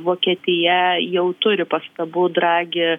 vokietija jau turi pastabų dragi